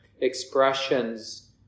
expressions